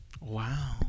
Wow